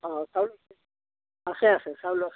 অঁ চাউল আছে আছে চাউলো আছে